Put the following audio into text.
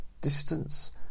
distance